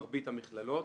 מרבית המכללות,